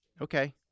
okay